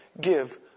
give